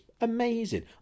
amazing